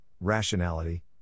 rationality